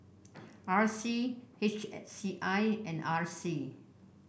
R C H A C I and R C